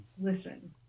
listen